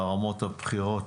ברמות הבכירות,